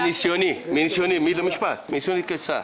מניסיוני כשר,